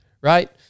right